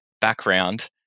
background